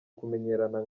kumenyerana